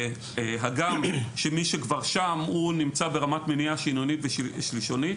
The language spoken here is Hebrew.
הגם שמי שכבר שם נמצא ברמת מניעה שניונית ושלישונית.